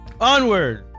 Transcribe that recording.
Onward